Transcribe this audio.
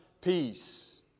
peace